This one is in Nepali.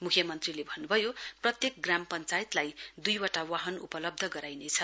मुख्यमन्त्रीले भन्नभयो प्रत्येक ग्राम पञ्चायतलाई दुईवटा वाहन उपलब्ध गराइनेछ